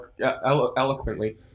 eloquently